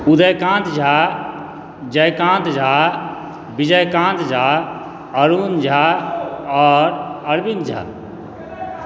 उदयकांत झा जयकांत झा विजयकांत झा अरुण झा आओर अरविंद झा